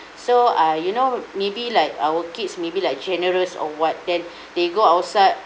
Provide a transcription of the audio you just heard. so uh you know maybe like our kids maybe like generous or what then they go outside